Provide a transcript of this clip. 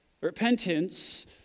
Repentance